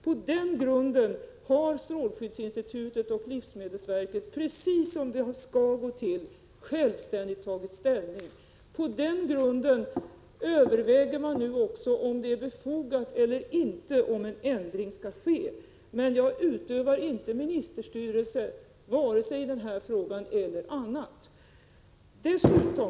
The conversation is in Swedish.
På den grunden har strålskyddsinstitutet och livsmedelsverket, precis som det skall gå till, självständigt tagit ställning. På den grunden överväger man nu också om det är befogat eller inte att en ändring skall ske. Jag utövar inte ministerstyre vare sig i den här frågan eller i någon annan. Dessutom ...